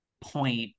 point